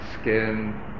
skin